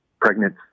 pregnant